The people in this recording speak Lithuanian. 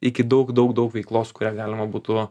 iki daug daug daug veiklos kurią galima būtų